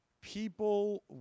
people